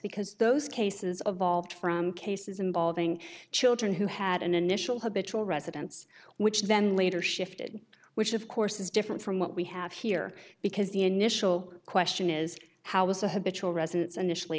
because those cases of vault from cases involving children who had an initial habitual residence which then later shifted which of course is different from what we have here because the initial question is how was a habitual residence initially